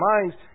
minds